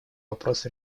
вопрос